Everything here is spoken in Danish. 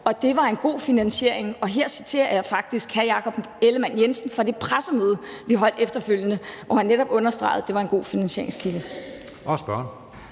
og det var en god finansiering – og her citerer jeg faktisk hr. Jakob Ellemann-Jensen fra det pressemøde, vi holdt efterfølgende, hvor han netop understregede, at det var en god finansieringskilde. Kl.